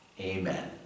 Amen